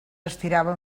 estirava